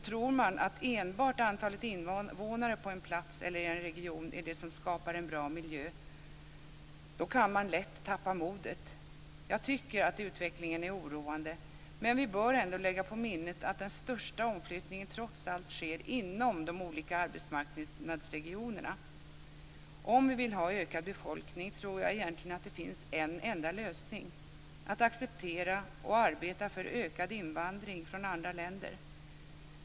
Tror man att enbart antalet invånare på en plats eller i en region är det som skapar en bra miljö kan man lätt tappa modet. Jag tycker att utvecklingen är oroande, men vi bör ändå lägga på minnet att den största omflyttningen trots allt sker inom de olika arbetsmarknadsregionerna. Om vi vill ha ökad befolkning tror jag att det egentligen finns en enda lösning - att acceptera och arbeta för ökad invandring från andra länder.